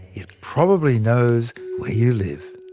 it probably knows where you live.